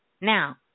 Now